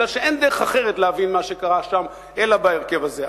כי אין דרך אחרת להבין מה שקרה שם אלא בהרכב הזה.